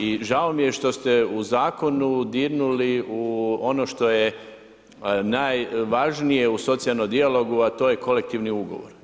I žao mi je što ste u zakonu dirnuli u ono što je najvažnije u socijalnom dijalogu a to je kolektivni ugovor.